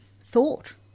thought